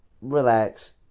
Relax